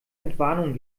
entwarnung